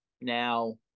now